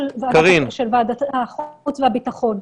--- של ועדת החוץ והביטחון.